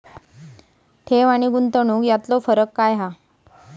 ठेव आनी गुंतवणूक यातलो फरक काय हा?